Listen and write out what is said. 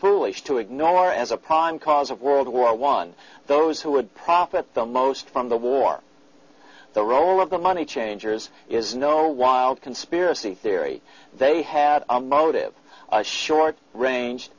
foolish to ignore as a prime cause of world war one those who would profit the most from the war the role of the money changers is no wild conspiracy theory they had a motive short range